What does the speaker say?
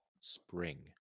spring